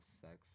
sex